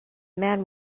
man